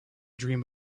dream